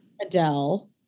Adele